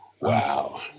Wow